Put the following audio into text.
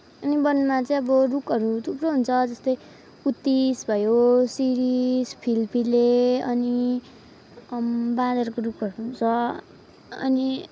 अनि वनमा चाहिँ अब रुखहरू थुप्रो हुन्छ जस्तै उत्तिस भयो सिरिस फिलफिले अनि बाँदरको रुखहरू पनि छ अनि